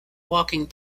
walking